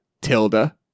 Tilda